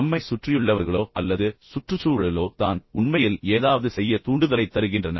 நம்மைச் சுற்றியுள்ளவர்களோ அல்லது சுற்றுச்சூழலோ தான் உண்மையில் ஏதாவது செய்யத் தூண்டுதலைத் தருகின்றன